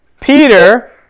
Peter